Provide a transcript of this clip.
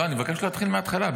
לא, אני מבקש להתחיל מהתחלה.